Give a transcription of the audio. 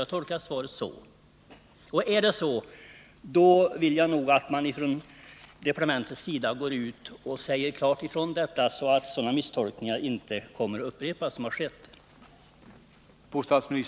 Under sådana förhållanden skulle jag önska att man från departementshåll klart uttalar detta, så att inte sådana misstolkningar som här har skett upprepas.